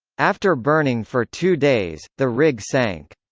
after burning for two days, the rig sank.